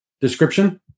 description